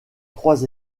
trois